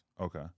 Okay